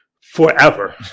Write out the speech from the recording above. forever